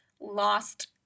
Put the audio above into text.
lost